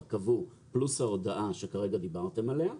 קבעו פלוס ההודעה שכרגע דיברתם עליה.